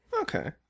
okay